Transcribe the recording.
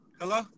Hello